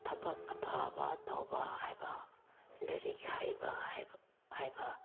ꯊꯕꯛ ꯑꯐꯕ ꯇꯧꯕ ꯍꯥꯏꯕ ꯂꯥꯏꯔꯤꯛ ꯍꯩꯕ ꯍꯥꯏꯕ